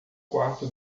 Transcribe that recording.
quarto